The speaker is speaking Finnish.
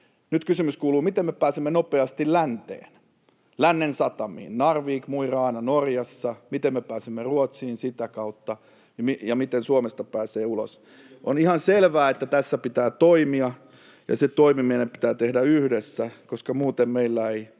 Nyt kysymys kuuluu, miten me pääsemme nopeasti länteen, lännen satamiin — Narvik, Mo i Rana Norjassa — miten me pääsemme Ruotsiin sitä kautta ja miten Suomesta pääsee ulos. [Hannu Hoskonen: Kymijokea pitkin!] On ihan selvää, että tässä pitää toimia, ja se toimi meidän pitää tehdä yhdessä, koska muuten meillä ei